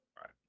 Right